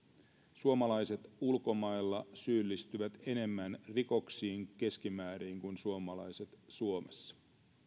suomalaiset ulkomailla syyllistyvät keskimäärin enemmän rikoksiin kuin suomalaiset suomessa